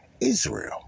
Israel